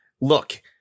look